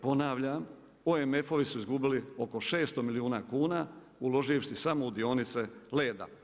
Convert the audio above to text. Ponavljam, OMF-ovi su izgubili oko 600 milijuna kuna uloživši samo u dionice Leda.